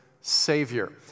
Savior